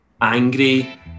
angry